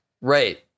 Right